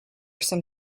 some